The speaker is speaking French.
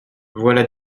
voilà